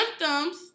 symptoms